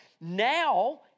Now